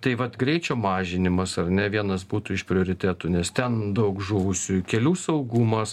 tai vat greičio mažinimas ar ne vienas būtų iš prioritetų nes ten daug žuvusiųjų kelių saugumas